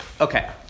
Okay